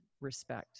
respect